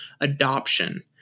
adoption